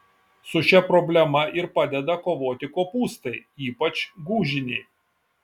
su šia problema ir padeda kovoti kopūstai ypač gūžiniai